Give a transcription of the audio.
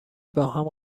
باهم